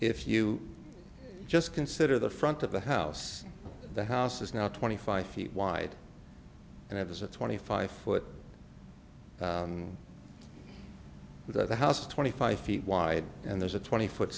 if you just consider the front of the house the house is now twenty five feet wide and it has a twenty five foot with the house twenty five feet wide and there's a twenty foot